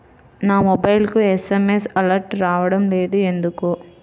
నా మొబైల్కు SMS alerts రావడం లేదు ఎందుకు?